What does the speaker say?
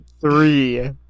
Three